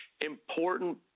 important